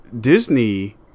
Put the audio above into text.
Disney